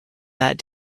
that